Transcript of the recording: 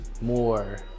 more